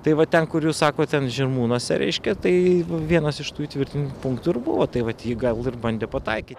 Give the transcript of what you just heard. tai va ten kur jūs sakot ten žirmūnuose reiškia tai vienas iš tų įtvirtintų punktų ir buvo tai vat jį gal ir bandė pataikyt